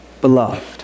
Beloved